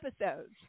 episodes